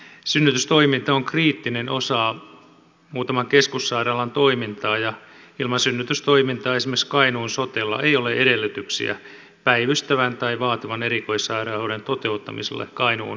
synnytystoiminta on kriittinen osa muutaman keskussairaalan toimintaa ja ilman synnytystoimintaa esimerkiksi kainuun sotella ei ole edellytyksiä päivystävän tai vaativan erikoissairaanhoidon toteuttamiselle kainuun alueella